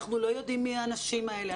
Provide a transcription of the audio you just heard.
אנחנו לא יודעים מי האנשים האלה,